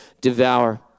devour